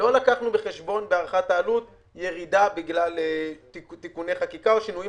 לא לקחנו בחשבון בהערכת העלות ירידה בגלל תיקוני חקיקה או שינויים